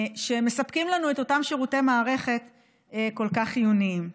שמספקים לנו את אותם שירותי מערכת כל כך חיוניים.